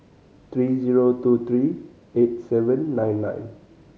three zero two three eight seven nine nine